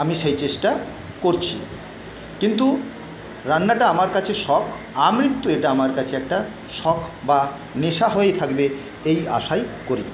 আমি সেই চেষ্টা করছি কিন্তু রান্নাটা আমার কাছে শখ আমৃত্যু এটা আমার কাছে একটা শখ বা নেশা হয়েই থাকবে এই আশাই করি